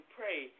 pray